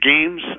games